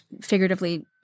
figuratively